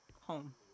home